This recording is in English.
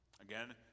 Again